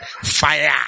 Fire